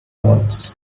once